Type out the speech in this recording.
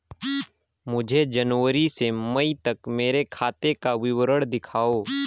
मुझे जनवरी से मई तक मेरे खाते का विवरण दिखाओ?